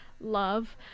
love